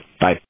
Bye